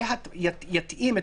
שיתאים את